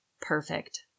Perfect